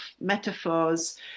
metaphors